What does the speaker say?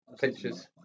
pictures